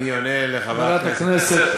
אני עונה לחברת הכנסת.